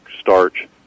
starch